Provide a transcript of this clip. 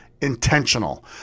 intentional